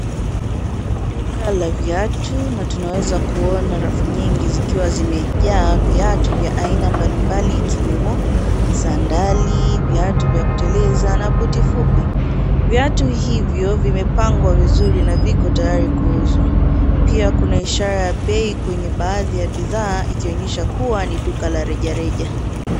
Ni duka la viatu na tunaweza kuona rafu nyingi zikiwa zimejaa viatu vya aina mbali mbali ikiwemo sandali viatu vya kuteleza na buti fupi ,viatu hivyo vimepagwa vizuri na viko tayari kuhuzwa pia kuna ishara ya bei kwenye baadhi ya bidhaa ikionyesha kuwa ni duka la reja reja.